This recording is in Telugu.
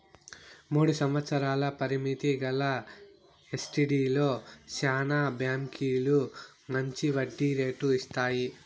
మూడు సంవత్సరాల పరిమితి గల ఎస్టీడీలో శానా బాంకీలు మంచి వడ్డీ రేటు ఇస్తాయి